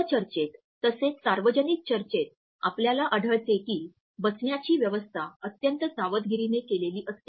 गटचर्चेत तसेच सार्वजनिक चर्चेत आपल्याला आढळते की बसण्याची व्यवस्था अत्यंत सावधगिरीने केलेली असते